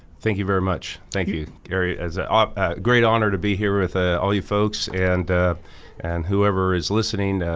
thank you very much, thank you gary. it's a ah great honor to be here with ah all you folks and and whoever is listening,